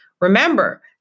Remember